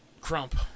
Crump